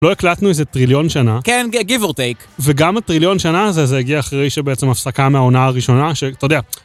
לא הקלטנו איזה טריליון שנה. כן, גיב אור טייק. וגם הטריליון שנה הזה, זה הגיע אחרי שבעצם הפסקה מהעונה הראשונה, שאתה יודע...